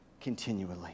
continually